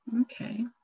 okay